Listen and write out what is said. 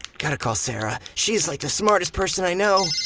kind of call sarah, she is like the smartest person i know.